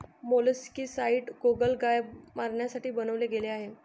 molluscicides गोगलगाय मारण्यासाठी बनवले गेले आहे